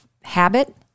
habit